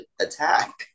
attack